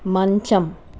మంచం